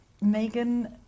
Megan